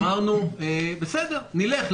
אמרנו: בסדר, נלך על זה.